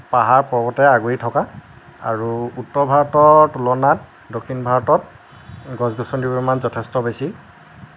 পাহাৰ পৰ্বতেৰে আগুৰি থকা আৰু উত্তৰ ভাৰতৰ তুলনাত দক্ষিণ ভাৰতত গছ গছনিৰ পৰিমাণ যথেষ্ট বেছি